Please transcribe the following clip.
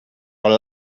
our